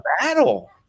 battle